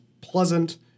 pleasant